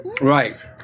Right